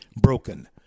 broken